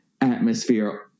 atmosphere